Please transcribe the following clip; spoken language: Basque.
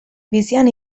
bizian